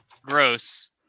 gross